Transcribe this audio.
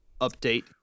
update